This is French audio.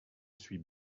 suis